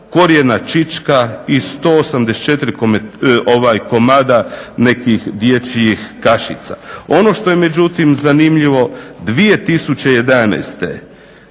korijena čička i 184 komada nekih dječjih kašica. Ono što je međutim zanimljivo 2011.